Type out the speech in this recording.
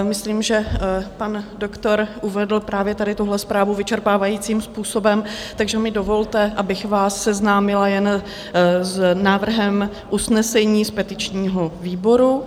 Myslím, že pan doktor uvedl právě tady tuhle zprávu vyčerpávajícím způsobem, takže mi dovolte, abych vás seznámila jen s návrhem usnesení z petičního výboru: